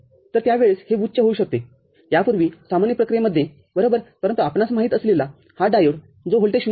तर त्या वेळेस हे उच्च होऊ शकते यापूर्वी सामान्य प्रक्रियेमध्ये बरोबरपरंतु आपणास माहित असलेला हा डायोड जो व्होल्टेज ०